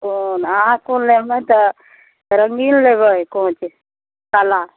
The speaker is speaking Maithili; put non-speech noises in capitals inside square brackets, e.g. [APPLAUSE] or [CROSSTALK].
कोन अहाँ कोन लेबै तऽ रंगीन लेबै [UNINTELLIGIBLE] ताला